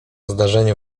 zdarzeniu